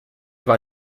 war